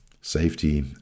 safety